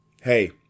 Hey